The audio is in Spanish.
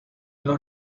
los